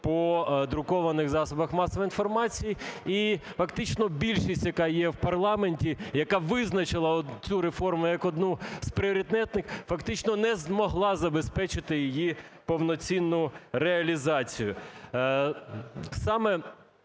по друкованих засобах масової інформації і фактично більшість, як є у парламенті, яка визначила от цю реформу як одну з пріоритетних, фактично не змогла забезпечити її повноцінну реалізацію.